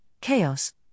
chaos